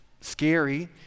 scary